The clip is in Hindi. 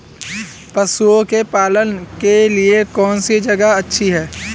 पशुओं के पालन के लिए कौनसी जगह अच्छी है?